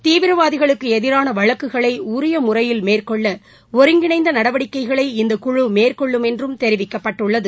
தீவிரவாதிகளுக்கு எதிரான வழக்குகளை உரிய முறையில் மேற்கொள்ள ஒருங்கிணைந்த நடவடிக்கைகளை இந்தக்குழு மேற்கொள்ளும் என்றும் தெரிவிக்கப்பட்டுள்ளது